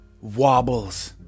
wobbles